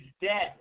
dead